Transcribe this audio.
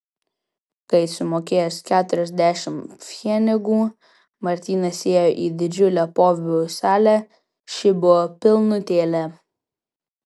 kai sumokėjęs keturiasdešimt pfenigų martynas įėjo į didžiulę pobūvių salę ši buvo pilnutėlė